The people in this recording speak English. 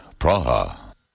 Praha